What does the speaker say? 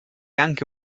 anche